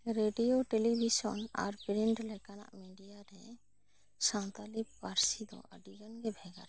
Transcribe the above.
radio television ᱟᱨ print ᱞᱮᱠᱟᱱᱟᱜ media ᱨᱮ ᱥᱟᱱᱛᱟᱲᱤ ᱯᱟᱹᱨᱥᱤ ᱫᱚ ᱟᱹᱰᱤ ᱜᱟᱱ ᱜᱮ ᱵᱷᱮᱜᱟᱨ ᱟᱠᱟᱱᱟ